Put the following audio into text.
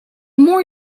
more